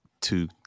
two